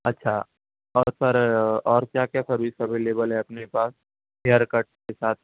اچھا اور سر اور کیا کیا سروس اویلیبل ہے اپنے پاس ہئیر کٹ کے ساتھ